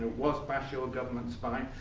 was basho a government spy?